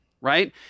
right